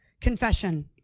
Confession